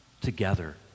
together